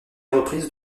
reprise